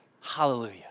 Hallelujah